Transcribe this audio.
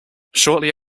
shortly